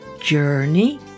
Journey